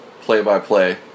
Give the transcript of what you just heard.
play-by-play